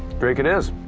drake it is.